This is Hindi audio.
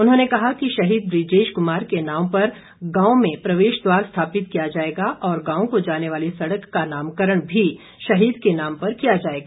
उन्होंने कहा कि शहीद बूजेश कुमार के नाम पर गांव में प्रवेश द्वार स्थापित किया जाएगा और गांव को जाने वाली सड़क का नामकरण भी शहीद के नाम पर किया जाएगा